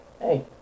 Hey